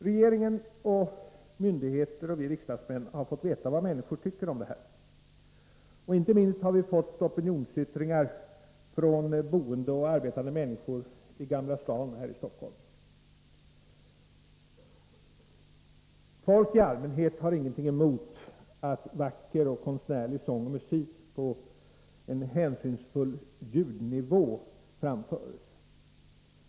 Regeringen, myndigheter och vi riksdagsmän har fått veta vad människor tycker om det här. Inte minst har vi fått opinionsyttringar från boende och arbetande människor i Gamla stan här i Stockholm. Folk i allmänhet har ingenting emot att vacker och konstnärlig sång och musik på en hänsynsfull ljudnivå framförs.